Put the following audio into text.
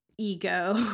ego